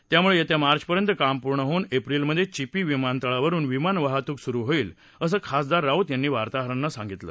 त्यामुळे येत्या मार्चपर्यंत काम पूर्ण होऊन एप्रिलमध्ये चिपी विमानतळावरून विमान वाहतूक सुरु होईल असं खासदार राऊत यांनी वार्ताहरांना सांगितलं